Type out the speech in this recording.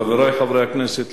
חברי חברי הכנסת,